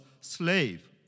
slave